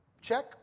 Check